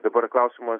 dabar klausimas